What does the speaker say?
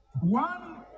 one